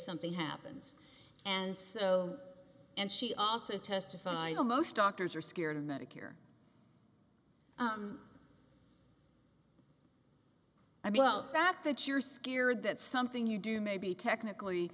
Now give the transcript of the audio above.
something happens and so and she also testified almost doctors are scared of medicare i mean well that that you're scared that something you do may be technically